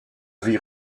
vit